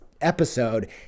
episode